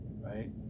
right